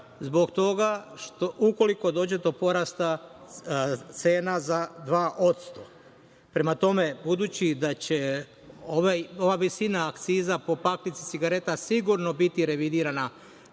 cigareta ukoliko dođe do porasta cena za 2%.Prema tome, budući da će ova visina akciza po paklici cigareta sigurno biti revidirana